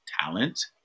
talent